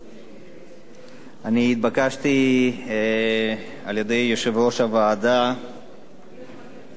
אני התבקשתי על-ידי יושב-ראש הוועדה להקריא את החלטת